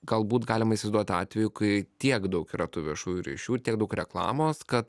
galbūt galima įsivaizduoti atvejų kai tiek daug yra tų viešųjų ryšių tiek daug reklamos kad